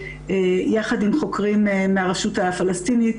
יחד עם חוקרים מהרשות הפלסטינית,